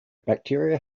bacteria